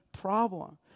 problem